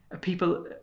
people